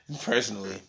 Personally